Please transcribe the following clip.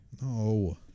No